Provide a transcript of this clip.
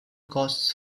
costs